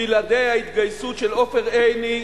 בלעדי ההתגייסות של עופר עיני,